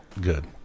Good